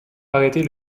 arrêter